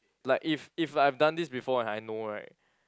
like if if like I've done this before and I know right